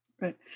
Right